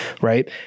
right